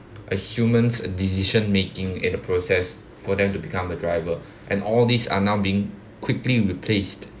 a human's decision making in the process for them to become a driver and all these are now being quickly replaced